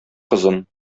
кызын